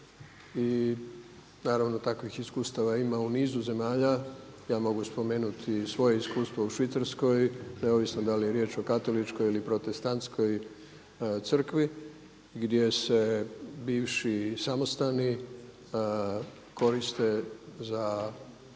i naravno takvih iskustava ima u nizu zemalja. Ja mogu spomenuti i svoje iskustvo u Švicarskoj neovisno da li je riječ o Katoličkoj ili protestantskoj crkvi gdje se bivši samostani koriste za